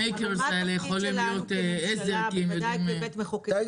המייקרס האלה יכולים להיות לעזר כי הם יודעים --- תגידו,